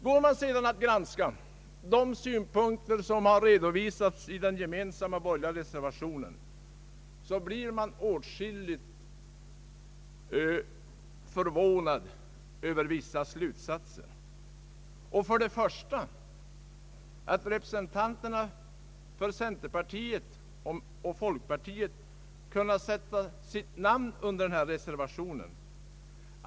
Går man sedan att granska de synpunkter som anförts i den gemensamma borgerliga reservationen, blir man åtskilligt förvånad över vissa slutsatser. Man blir först och främst förvånad över att representanterna för centerpartiet och folkpartiet kunnat sätta sina namn under reservationen.